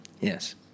Yes